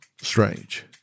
strange